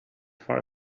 far